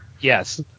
Yes